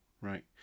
right